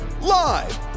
live